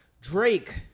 Drake